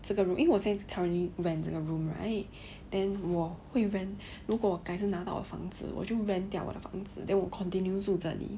这个 room 因为我在 currently rent 这个 room right then 我会 rent 如果我改次拿到房子我就会 rent 掉我的房子 then 我 continue 住这里